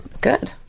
good